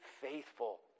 faithful